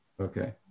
Okay